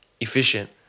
efficient